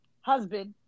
husband